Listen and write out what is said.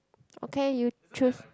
okay you choose